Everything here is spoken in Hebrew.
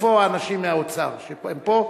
איפה האנשים מהאוצר, הם פה?